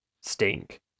stink